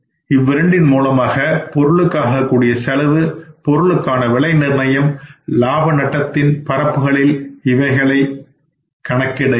இவ்விரண்டின் மூலமாக பொருளுக்காகக்கூடிய செலவு பொருளுக்கான விலை நிர்ணயம் லாபம் நட்டத்தினுடைய பரப்புகளில் இவைகளை கணக்கிட இயலும்